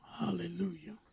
Hallelujah